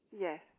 Yes